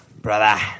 Brother